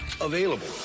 available